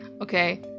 okay